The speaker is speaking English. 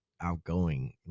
outgoing